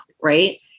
right